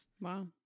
Wow